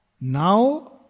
Now